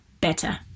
better